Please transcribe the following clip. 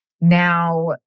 Now